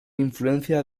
influencia